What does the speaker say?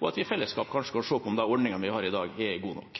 og at vi i fellesskap kanskje kan se på om de ordningene vi har i dag, er gode nok.